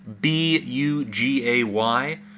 B-U-G-A-Y